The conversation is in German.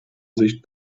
sicht